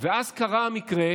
ואז קרה המקרה,